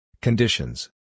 Conditions